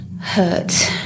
hurt